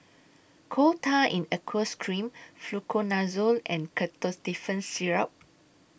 Coal Tar in Aqueous Cream Fluconazole and Ketotifen Syrup